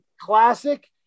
classic